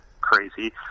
crazy